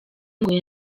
ngo